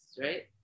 right